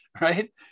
right